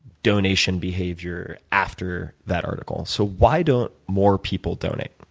donation behavior after that article. so why don't more people donate,